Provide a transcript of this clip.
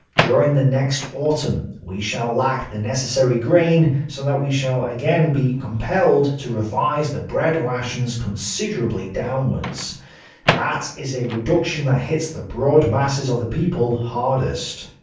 during the next autumn, we shall lack the necessary grain so that we shall again be compelled to revise the bread rations considerably downward. so that is a reduction that hits the broad masses of the people hardest.